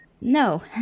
No